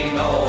no